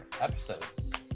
episodes